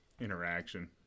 interaction